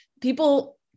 people